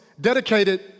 dedicated